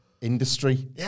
industry